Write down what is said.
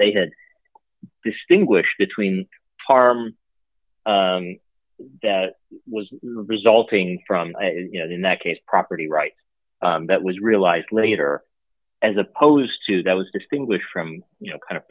they had distinguish between harm that was resulting from you know in that case property rights that was realized later as opposed to that was distinguished from you know kind of